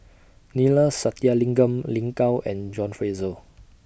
Neila Sathyalingam Lin Gao and John Fraser